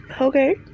okay